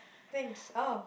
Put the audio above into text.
thanks oh